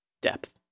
depth